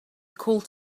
called